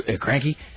cranky